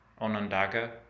Onondaga